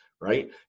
right